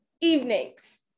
evenings